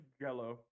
Yellow